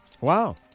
Wow